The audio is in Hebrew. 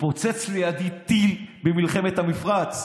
התפוצץ לידי טיל במלחמת המפרץ,